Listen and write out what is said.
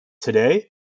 today